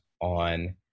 on